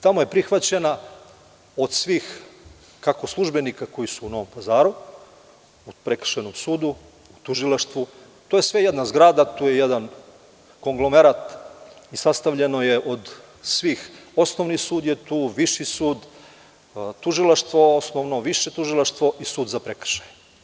Tamo je prihvaćena od svih kako službenika koji su u Novom Pazaru, u Prekršajnom sudu, tužilaštvu, to je sve jedna zgrada, jedan konglomerat, sastavljeno je od svih, osnovni sud je tu, viši sud, tužilaštvo osnovno, više tužilaštvo i sud za prekršaje.